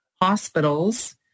hospitals